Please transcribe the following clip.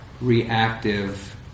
reactive